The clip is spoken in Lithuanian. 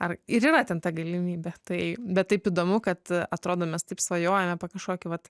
ar ir yra ten ta galimybė tai bet taip įdomu kad atrodo mes taip svajojom apie kažkokį vat